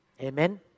Amen